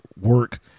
work